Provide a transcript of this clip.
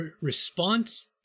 response